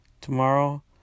tomorrow